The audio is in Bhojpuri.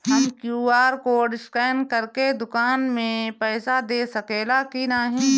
हम क्यू.आर कोड स्कैन करके दुकान में पईसा दे सकेला की नाहीं?